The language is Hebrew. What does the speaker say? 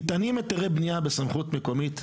ניתנים היתרי בנייה בסמכות מקומית,